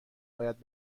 باید